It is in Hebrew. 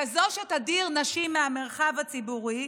כזאת שתדיר נשים מהמרחב הציבורי,